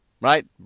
right